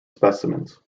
specimens